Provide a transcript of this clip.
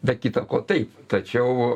be kita ko taip tačiau